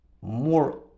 more